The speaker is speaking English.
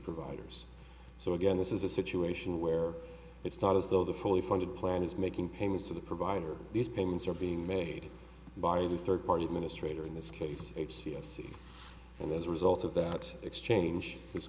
providers so again this is a situation where it's not as though the fully funded plan is making payments to the provider these payments are being made by the third party administrator in this case yes and as a result of that exchange this